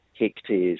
Hectares